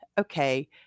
okay